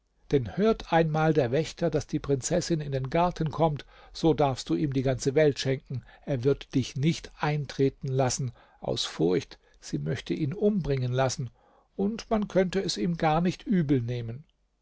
denn hört einmal der wächter daß die prinzessin in den garten kommt so darfst du ihm die ganze welt schenken er wird dich nicht eintreten lassen aus furcht sie möchte ihn umbringen lassen und man könnte es ihm gar nicht übel nehmen